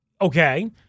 Okay